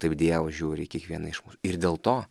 taip dievas žiūri į kiekvieną iš mūs ir dėl to